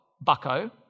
bucko